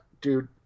dude